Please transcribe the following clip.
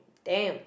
damn